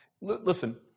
Listen